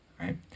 right